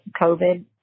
COVID